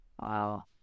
Wow